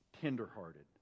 tenderhearted